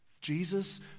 Jesus